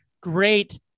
great